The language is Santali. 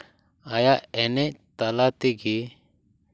ᱟᱭᱟᱜ ᱮᱱᱮᱡ ᱛᱟᱞᱟ ᱛᱮᱜᱮ